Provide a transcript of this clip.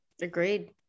Agreed